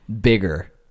bigger